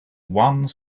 one